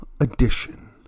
edition